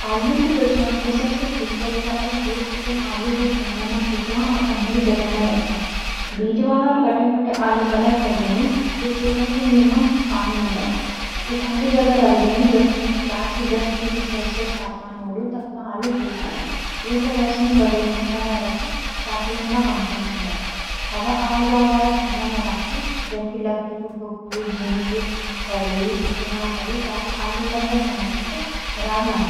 आलू कु बचाणो कू सबसैं ठीक तरिका इच कि तुम आलू कैं ठंडा मां सुखो अर अंधेरा जगह मां रखइया । बीजवाल और कटे-फटे आलू अलग कर देन | फिर सूखे कि यूं मां पानी ना रउ। फ़िर ठंडी जगह रख देन जख्म 4-10 डिग्री सेल्सियस तापमान होलू तख़् मां आलू ठीक रौंदा । यूं तें रौशनी बगेर ठंडा मां राखी ताकि इन मां अँकुर ना लगुन । हवा आव-जाव वाळा ठंडा मा राखी, जन की लकड़ी कु ठोपरो, या झीनी थैली का इस्तेमाल करी ताकि आलू लंबा समय तक खराब ना हों।